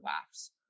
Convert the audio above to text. laughs